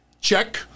Check